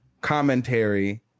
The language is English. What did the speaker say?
commentary